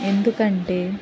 ఎందుకంటే